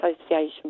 association